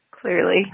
Clearly